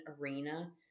arena